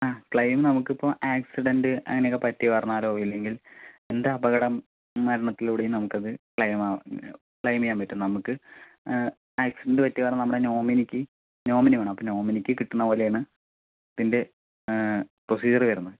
ആ ക്ലൈം നമുക്കിപ്പോൾ ആക്സിഡൻറ്റ് അങ്ങനെ ഒക്കെ പറ്റീന്ന് പറഞ്ഞാലോ എന്ത് അപകട മരണത്തിലൂടെയും നമുക്കത് ക്ലൈമാവും ക്ലൈമ് ചെയ്യാൻ പറ്റും നമുക്ക് ആക്സിഡൻറ്റ് പറ്റിയത് കാരണം നമ്മടെ നോമിനിക്ക് നോമിനി വേണം അപ്പോൾ നോമിനിക്ക് കിട്ടുന്ന പോലെയാണ് ഇതിൻ്റെ പ്രൊസീജിയറ് വരുന്നത്